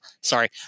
Sorry